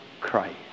Christ